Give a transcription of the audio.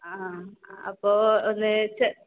ആ അപ്പോൾ ഒന്നിച്ച്